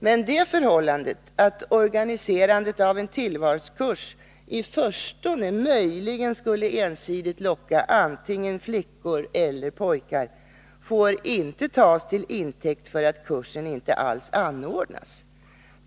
Men det förhållandet att organiserandet av en tillvalskurs i förstone möjligen ensidigt skulle locka antingen flickor eller samma frågor väsendet gemensamma frågor pojkar får inte tas till intäkt för att kursen inte alls anordnas.